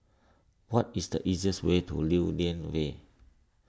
what is the easiest way to Lew Lian Vale